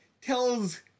tells